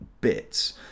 bits